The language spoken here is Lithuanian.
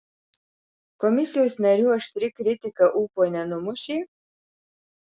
komisijos narių aštri kritika ūpo nenumušė